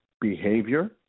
Behavior